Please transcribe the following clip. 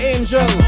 Angel